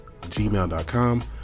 gmail.com